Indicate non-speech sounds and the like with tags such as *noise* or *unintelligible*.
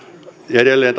ja edelleen *unintelligible*